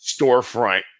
storefront